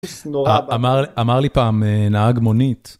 אמר, אמר לי פעם נהג מונית...